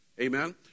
Amen